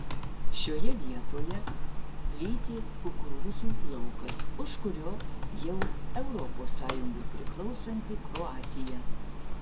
šioje vietoje plyti kukurūzų laukas už kurio jau europos sąjungai priklausanti kroatija